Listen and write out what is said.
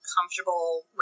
comfortable